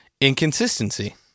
inconsistency